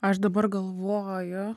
aš dabar galvoju